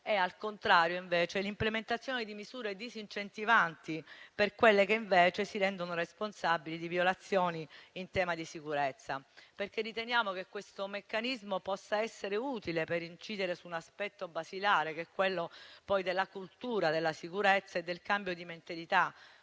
e, al contrario, l'implementazione di misure disincentivanti per quelle che invece si rendano responsabili di violazioni in materia di sicurezza. Riteniamo che questo meccanismo possa essere utile per incidere sull'aspetto basilare della cultura della sicurezza e del cambio di mentalità